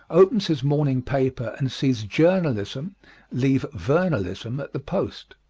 opens his morning paper and sees journalism leave vernalism at the post.